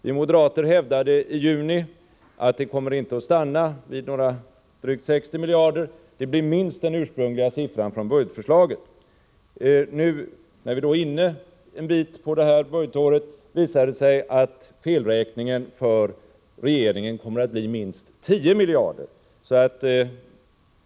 Vi moderater hävdade i juni att räntorna inte skulle komma att stanna vid drygt 60 miljarder — det skulle bli minst den ursprungliga siffran från budgetförslaget. Nu när vi är en bit inne på det här budgetåret visar det sig att felräkningen för regeringen kommer att bli minst 10 miljarder.